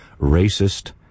racist